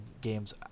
games